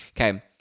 Okay